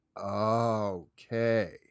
okay